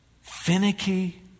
finicky